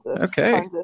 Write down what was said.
okay